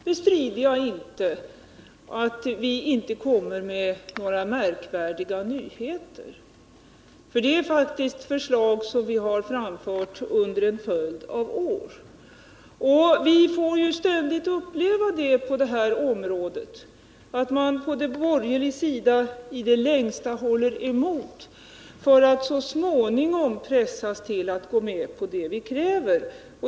Herr talman! Jag bestrider inte att vi inte kommer med några märkvärdiga nyheter. Det gäller faktiskt förslag som vi har framfört under en följd av år. Vi får på detta område ständigt uppleva att man från borgerligt håll i det längsta håller emot för att så småningom pressas till att gå med på det vi kräver.